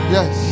Yes